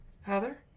Heather